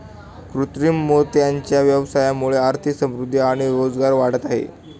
कृत्रिम मोत्यांच्या व्यवसायामुळे आर्थिक समृद्धि आणि रोजगार वाढत आहे